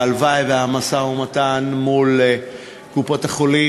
והלוואי שהמשא-ומתן מול קופות-החולים